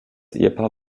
ehepaar